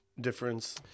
difference